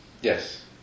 Yes